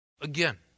Again